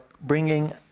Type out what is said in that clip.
bringing